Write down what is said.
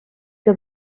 que